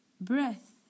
breath